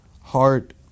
heart